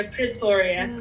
Pretoria